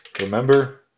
Remember